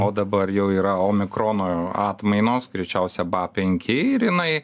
o dabar jau yra omikrono atmainos greičiausia ba penki ir jinai